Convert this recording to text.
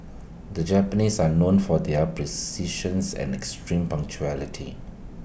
the Japanese are known for their precisions and extreme punctuality